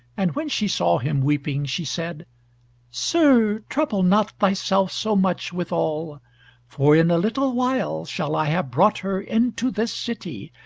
and when she saw him weeping, she said sir, trouble not thyself so much withal. for in a little while shall i have brought her into this city,